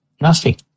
Nasty